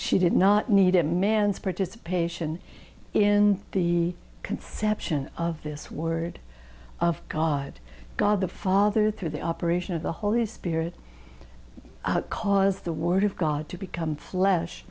she did not need a man's participation in the conception of this word of god god the father through the operation of the holy spirit caused the word of god to become flesh